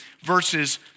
verses